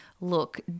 look